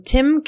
Tim